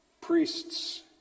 priests